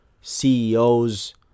CEOs